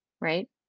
right